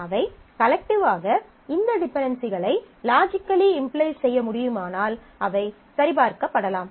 அவை கலெக்டிவ் ஆக இந்த டிபென்டென்சிகளை லாஜிக்கலி இம்ப்ளை செய்ய முடியுமானால் அவை சரிபார்க்கப்படலாம்